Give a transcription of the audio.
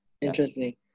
Interesting